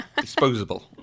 Disposable